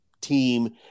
team